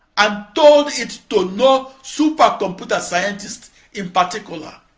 um told it to no supercomputer scientist in particular.